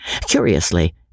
Curiously